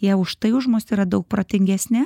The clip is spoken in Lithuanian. jie už tai už mus yra daug protingesni